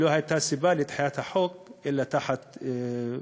ולא הייתה סיבה לדחיית החוק אלא כאילו